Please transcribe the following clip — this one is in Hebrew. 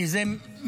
כי זה מתבקש.